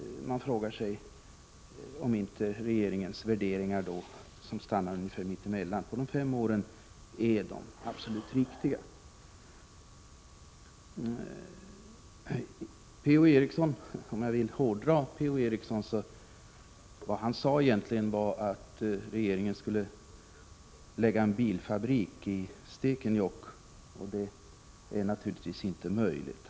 Man frågar sig då om inte regeringens förslag som stannar ungefär mitt emellan — fem år — är det riktiga. Om jag skall hårdra det som Per-Ola Eriksson sade så var det att regeringen skall placera en bilfabrik i Stekenjokk, vilket naturligtvis inte är möjligt.